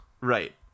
Right